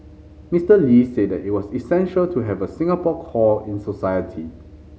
Mister Lee said it was essential to have a Singapore core in society